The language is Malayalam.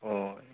ഓ